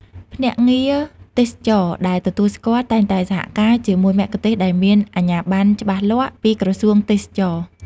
ភ្នាក់ងារទេសចរណ៍ដែលទទួលស្គាល់ តែងតែសហការជាមួយមគ្គុទ្ទេសក៍ដែលមាន អាជ្ញាប័ណ្ណច្បាស់លាស់ ពីក្រសួងទេសចរណ៍។